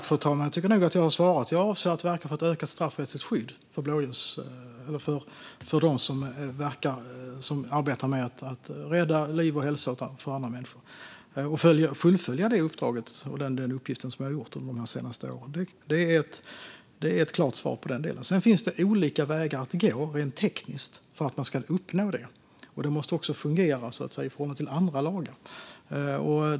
Fru talman! Jag tycker att jag har svarat. Jag avser att verka för ett ökat straffrättsligt skydd för dem som arbetar med att rädda andra människors liv och hälsa och fullfölja det uppdrag och den uppgift som vi har gjort under de senaste åren. Det är ett klart svar i den delen. Sedan finns det olika vägar att gå rent tekniskt för att man ska uppnå detta. Det måste också fungera så att säga i förhållande till andra lagar.